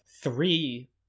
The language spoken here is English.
three